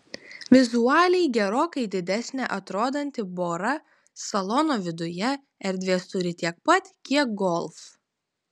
vizualiai gerokai didesnė atrodanti bora salono viduje erdvės turi tiek pat kiek golf